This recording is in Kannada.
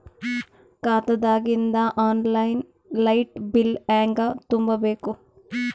ಖಾತಾದಾಗಿಂದ ಆನ್ ಲೈನ್ ಲೈಟ್ ಬಿಲ್ ಹೇಂಗ ತುಂಬಾ ಬೇಕು?